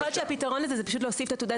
להיות שהפתרון לזה הוא פשוט להוסיף את תעודת